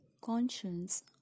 Conscience